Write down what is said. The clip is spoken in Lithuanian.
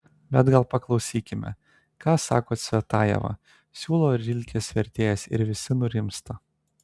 bet gal paklausykime ką sako cvetajeva siūlo rilkės vertėjas ir visi nurimsta